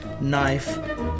knife